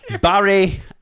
Barry